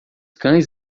cães